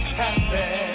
happy